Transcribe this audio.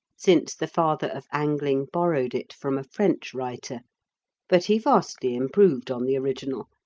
since the father of angling borrowed it from a french writer but he vastly improved on the original,